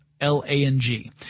L-A-N-G